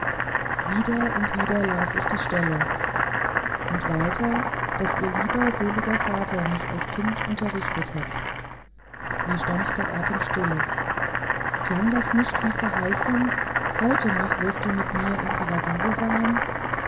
wieder und wieder las ich die stelle und weiter daß ihr lieber seliger vater mich als kind unterrichtet hat mir stand der atem still klang das nicht wie verheißung heute noch wirst du mit mir im paradiese sein